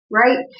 right